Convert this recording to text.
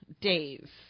Dave